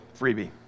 freebie